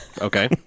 Okay